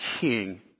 king